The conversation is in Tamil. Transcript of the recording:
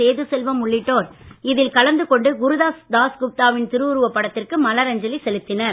சேது செல்வம் உள்ளிட்டோர் இதில் கலந்து கொண்டு குருதாஸ் தாஸ்குப்தாவின் திருவுருவப் படத்திற்கு மலரஞ்சலி செலுத்தினர்